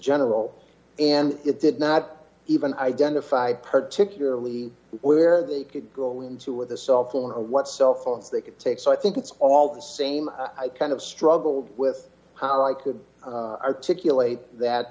general and it did not even identify particularly where they could go into with a cell phone or what cell phones they could take so i think it's all the same i kind of struggled with how i could articulate that